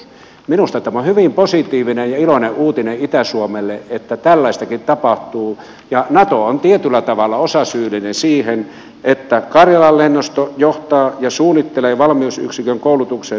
minusta tämä on hyvin positiivinen ja iloinen uutinen itä suomelle että tällaistakin tapahtuu ja nato on tietyllä tavalla osasyyllinen siihen että karjalan lennosto johtaa ja suunnittelee valmiusyksikön koulutuksen